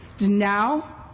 now